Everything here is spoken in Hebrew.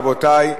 רבותי,